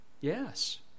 Yes